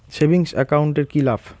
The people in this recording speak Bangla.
সেভিংস একাউন্ট এর কি লাভ?